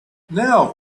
now